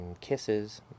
Kisses